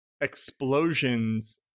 explosions